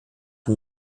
dem